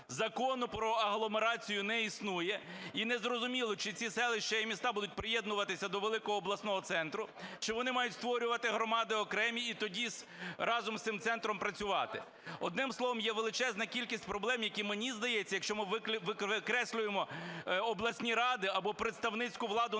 Закону про агломерацію не існує, і незрозуміло, чи ці селища і міста будуть приєднуватися до великого обласного центру, чи вони мають створювати громади окремі, і тоді разом з цим центром працювати. Одним словом, є величезна кількість проблем, які, мені здається, якщо ми викреслюємо обласні ради або представницьку владу